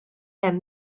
hemm